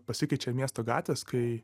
pasikeičia miesto gatvės kai